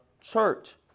church